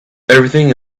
everything